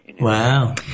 Wow